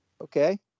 okay